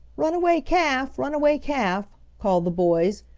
runaway calf! runaway calf! called the boys.